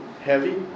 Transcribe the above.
heavy